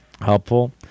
helpful